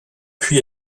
puy